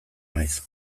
naiz